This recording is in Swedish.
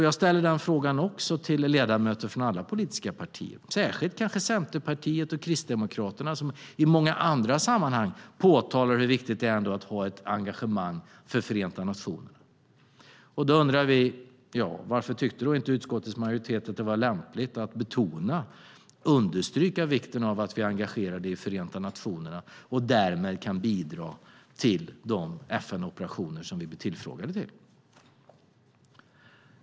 Jag ställer frågan till ledamöter från alla politiska partierna, särskilt i Centerpartiet och Kristdemokraterna som i många andra sammanhang påtalar hur viktigt det är att engagera sig i Förenta nationerna: Varför tyckte inte utskottets majoritet att det var lämpligt att betona och understryka vikten av att Sverige är engagerat i Förenta nationerna och därmed kan bidra i de FN-operationer vi blir tillfrågade om?